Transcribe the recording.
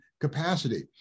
capacity